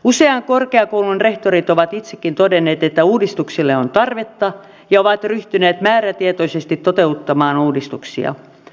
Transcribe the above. usean korkeakoulun rehtorit ovat itsekin todenneet että uudistuksille on tarvetta ja ovat ryhtyneet määrätietoisesti toteuttamaan uudistuksia